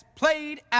played